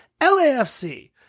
LAFC